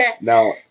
Now